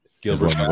Gilbert